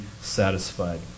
satisfied